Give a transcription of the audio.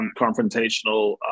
confrontational